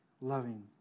loving